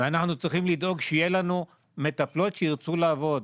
ואנחנו צריכים לדאוג שיהיו לנו מטפלות שירצו לעבוד,